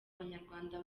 banyarwanda